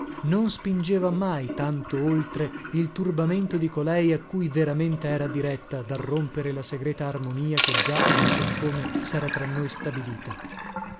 non spingeva mai tanto oltre il turbamento di colei a cui veramente era diretta da rompere la segreta armonia che già non so come sera tra noi stabilita